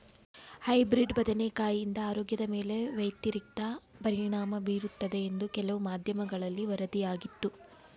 hybrid ಬದನೆಕಾಯಿಂದ ಆರೋಗ್ಯದ ಮೇಲೆ ವ್ಯತಿರಿಕ್ತ ಪರಿಣಾಮ ಬೀರುತ್ತದೆ ಎಂದು ಕೆಲವು ಮಾಧ್ಯಮಗಳಲ್ಲಿ ವರದಿಯಾಗಿತ್ತು